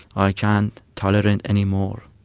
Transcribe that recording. i can't tolerate any more.